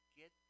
get